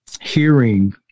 hearing